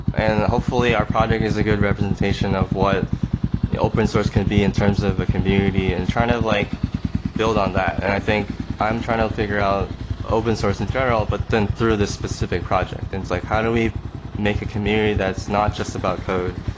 and hopefully, our project is a good representation of what the open-source can be in terms of a community and trying to like build on that. and i think i'm trying to figure out open-source in general, but then through this specific project. and like how do we make a community that's not just about code?